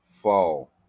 fall